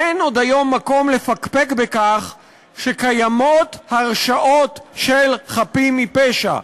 אין עוד היום מקום לפקפק בכך שקיימות הרשעות של חפים מפשע,